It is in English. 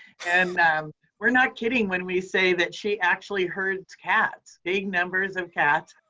and we're not kidding when we say that she actually herds cats, big numbers of cats.